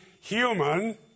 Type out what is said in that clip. human